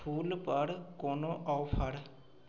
फूलपर कोनो ऑफर